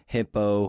Hippo